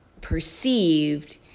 perceived